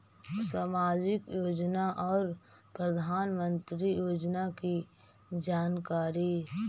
समाजिक योजना और प्रधानमंत्री योजना की जानकारी?